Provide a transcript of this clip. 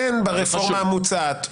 אין ברפורמה המוצעת,